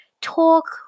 talk